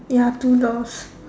ya two doors